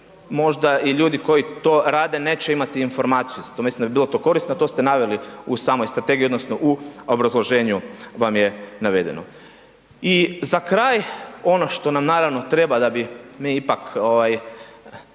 možda i ljudi koji to rade neće imati informaciju. Zato mislim da bi bilo to korisno, to ste naveli u samom strategiji odnosno u obrazloženju vam je navedeno. I za kraj, ono što nam naravno treba da bi mi ipak